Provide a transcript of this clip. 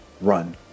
Run